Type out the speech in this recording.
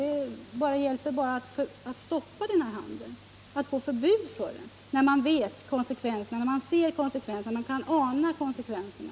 Det enda som hjälper är att få till stånd ett förbud för den här handeln, när man vet eller kan ana konsekvenserna.